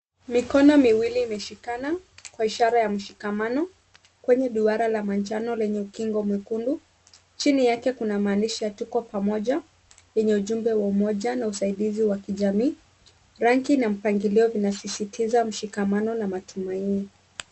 Mikono miwili imeshikana kwa ishara ya mshikamano kwenye duara la manjano lenye ukingo mwekundu. Chini yake kuna maandhishi ya Tuko Pamoja yenye ujumbe wa umoja na usaidizi wa kijamii. Ranki na mpangilio vinasisitiza mshikamano na matumaini